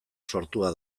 sortua